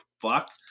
fuck